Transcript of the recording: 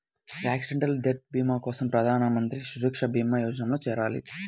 accidental death భీమా కోసం ప్రధాన్ మంత్రి సురక్షా భీమా యోజనలో చేరాలి